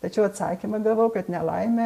tačiau atsakymą gavau kad nelaimė